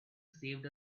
saved